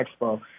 Expo